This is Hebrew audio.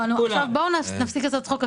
בואו נפסיק לעשות צחוק.